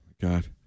God